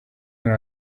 when